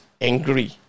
angry